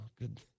good